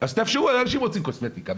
אז תאפשרו, אנשים רוצים קוסמטיקה.